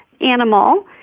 animal